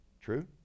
True